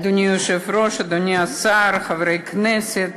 אדוני היושב-ראש, אדוני השר, חברי הכנסת,